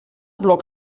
blok